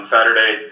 Saturday